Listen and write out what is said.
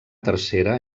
tercera